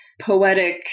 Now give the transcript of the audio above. poetic